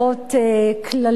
קללות,